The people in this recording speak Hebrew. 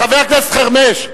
חבר הכנסת חרמש.